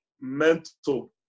mental